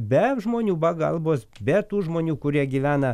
be žmonių pagalbos be tų žmonių kurie gyvena